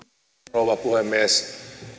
rouva puhemies